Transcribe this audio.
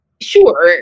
sure